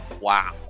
Wow